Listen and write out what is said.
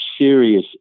serious